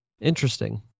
Interesting